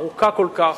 ארוכה כל כך,